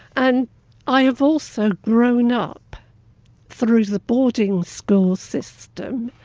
and i have also grown up through the boarding school system,